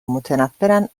متنفرن